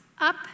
up